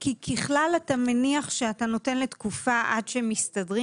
כי ככלל אתה מניח שאתה נותן לתקופה עד שמסתדרים